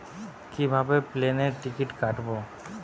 কিভাবে প্লেনের টিকিট কাটব?